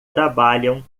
trabalham